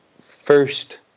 first